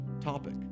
topic